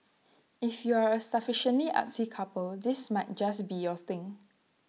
if you are A sufficiently artsy couple this might just be your thing